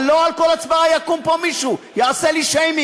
אבל לא על כל הצבעה יקום פה מישהו ויעשה לי שיימינג.